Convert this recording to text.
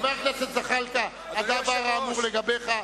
חבר הכנסת זחאלקה, אותו דבר אמור לגביך.